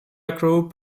group